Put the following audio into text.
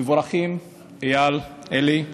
מבורכים איל, אלי.